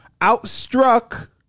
outstruck